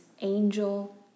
angel